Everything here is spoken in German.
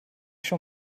schon